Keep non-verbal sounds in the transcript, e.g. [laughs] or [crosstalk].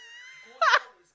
[laughs]